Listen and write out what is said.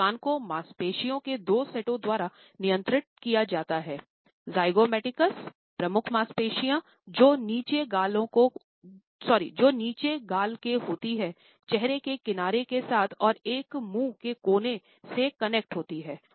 मुस्कान को मांसपेशियों के दो सेटों द्वारा नियंत्रित किया जाता है ज़िगोमैटिकस जो आँखों को पीछे खींचती है